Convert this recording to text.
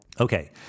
Okay